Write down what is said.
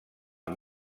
amb